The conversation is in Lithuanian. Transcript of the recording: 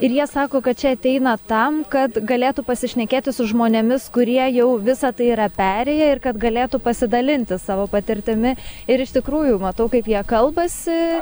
ir jie sako kad čia ateina tam kad galėtų pasišnekėti su žmonėmis kurie jau visą tai yra perėję ir kad galėtų pasidalinti savo patirtimi ir iš tikrųjų matau kaip jie kalbasi